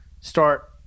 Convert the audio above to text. start